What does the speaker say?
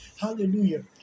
Hallelujah